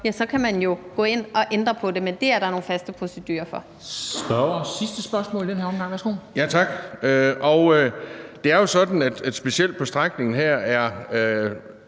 ja, så kan man gå ind at ændre på det, men det er der nogle faste procedurer for.